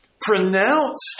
pronounced